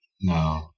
No